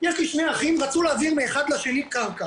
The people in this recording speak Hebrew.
יש לי שני אחים שרצו להעביר מאחד לשני קרקע.